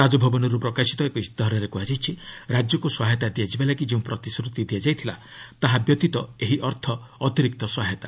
ରାଜଭବନରୁ ପ୍ରକାଶିତ ଏକ ଇସ୍ତାହାରରେ କୁହାଯାଇଛି ରାଜ୍ୟକୁ ସହାୟତା ଦିଆଯିବା ଲାଗି ଯେଉଁ ପ୍ରତିଶ୍ରତି ଦିଆଯାଇଥିଲା ତାହା ବ୍ୟତୀତ ଏହି ଅର୍ଥ ଅତିରିକ୍ତ ସହାୟତା